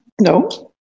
no